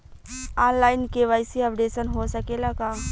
आन line KYC updation हो सकेला का?